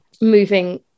moving